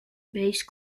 base